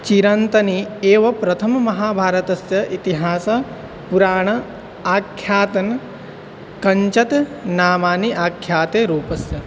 चिरन्तनी एव प्रथमं महाभारतस्य इतिहासपुराणम् आख्यातनं किञ्चित् नामानि आख्याते रूपस्य